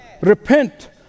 Repent